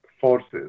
forces